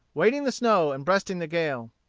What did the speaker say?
wading the snow and breasting the gale.